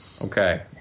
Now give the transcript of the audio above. Okay